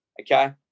okay